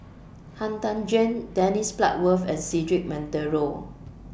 Han Tan Juan Dennis Bloodworth and Cedric Monteiro